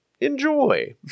Enjoy